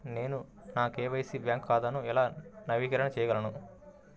నేను నా KYC bank ఖాతాను ఎలా నవీకరణ చేయగలను?